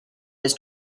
his